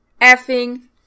effing